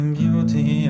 beauty